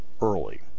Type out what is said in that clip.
early